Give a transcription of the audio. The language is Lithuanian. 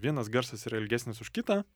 vienas garsas yra ilgesnis už kitą